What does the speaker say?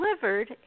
delivered